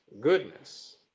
goodness